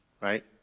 right